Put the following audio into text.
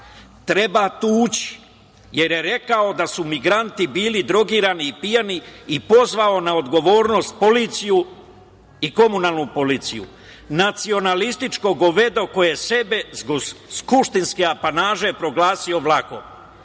treba tući jer je rekao da su migranti bili drogirani i pijani i pozvao na odgovornost policiju i komunalnu policiju. Nacionalističko govedo koje sebe zbog skupštinske apanaže sebe proglasio Vlahom.